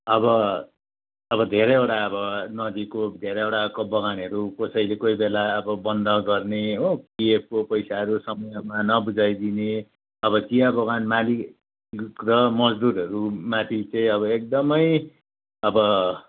अब अब धेरैवटा अब नजिकको धेरैवटा बगानहरू कसैले कोही बेला अब बन्द गर्ने हो पिएफको पैसाहरू समयमा नबुझाइदिने अब चियाबगान मालिक र मजदुरहरू माथि चाहिँ अब एकदमै अब